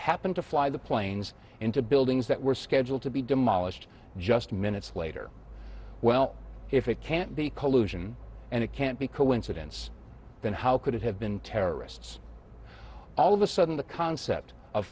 happened to fly the planes into buildings that were scheduled to be demolished just minutes later well if it can't be collusion and it can't be coincidence then how could it have been terrorists all of a sudden the concept of